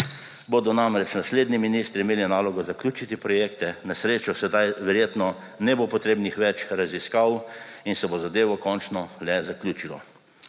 bodo namreč naslednji ministri imeli nalogo zaključiti projekte. Na srečo zdaj verjetno ne bo več potrebnih raziskav in se bo zadevo končno le zaključilo.